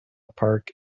park